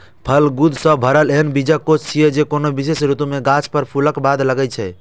फल गूदा सं भरल एहन बीजकोष छियै, जे कोनो विशेष ऋतु मे गाछ पर फूलक बाद लागै छै